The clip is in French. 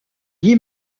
guy